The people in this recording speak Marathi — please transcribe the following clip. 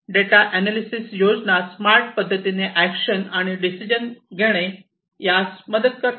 डेटा अनालिसेस योजना स्मार्ट पद्धतीने ऍक्शन आणि डिसिजन घेणे घेण्यास मदत करते